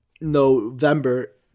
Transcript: November